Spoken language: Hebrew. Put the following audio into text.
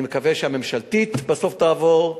אני מקווה שהממשלתית בסוף תעבור,